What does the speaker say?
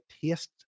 taste